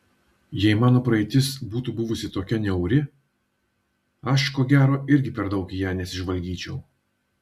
jei mano praeitis būtų buvusi tokia niauri aš ko gero irgi per daug į ją nesižvalgyčiau